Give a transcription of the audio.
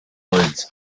woods